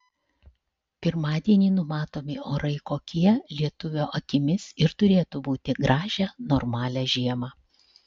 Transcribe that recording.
pirmadienį numatomi orai kokie lietuvio akimis ir turėtų būti gražią normalią žiemą